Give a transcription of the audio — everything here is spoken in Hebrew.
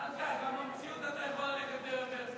במציאות אתה יכול ללכת רוורס,